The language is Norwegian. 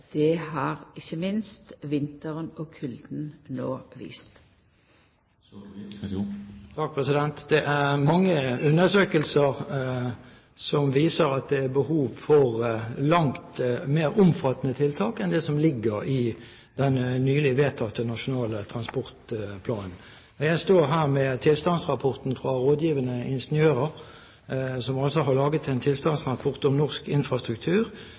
Det har ikkje minst vinteren og kulden no vist. Det er mange undersøkelser som viser at det er behov for langt mer omfattende tiltak enn det som ligger i den nylig vedtatte Nasjonal transportplan. Jeg står her nå med tilstandsrapporten fra Rådgivende Ingeniører, som har laget en tilstandsrapport om norsk infrastruktur,